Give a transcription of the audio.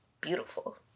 beautiful